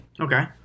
Okay